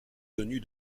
tenu